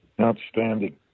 Outstanding